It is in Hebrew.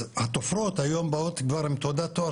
אז התופרות היום באות כבר עם תעודת תואר